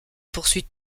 poursuit